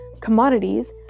commodities